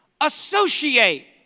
Associate